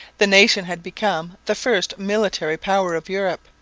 the nation had become the first military power of europe.